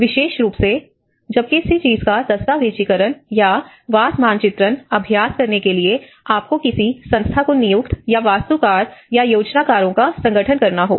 विशेष रूप से जब किसी चीज़ का दस्तावेजीकरण या वास मानचित्रण अभ्यास करने के लिए आपको किसी संस्था को नियुक्त या वास्तुकार या योजनाकारों का संगठन करना हो